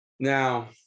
Now